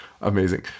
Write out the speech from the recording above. amazing